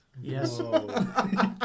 yes